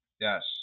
Yes